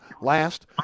last